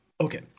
Okay